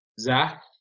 Zach